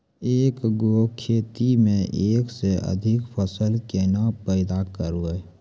एक गो खेतो मे एक से अधिक फसल केना पैदा करबै?